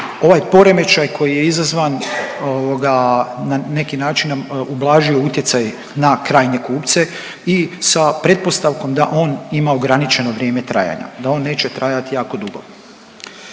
ovaj poremećaj koji je izazvan na neki način nam ublažio utjecaj na krajnje kupce i sa pretpostavkom da on ima ograničeno vrijeme trajanja, da on neće trajati jako dugo.